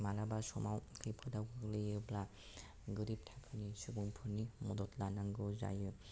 मालाबा समाव खैफोदाव गोग्लैयोब्ला गोरिब थाखोनि सुबुंफोरनि मदद लानांगौ जायो